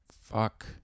fuck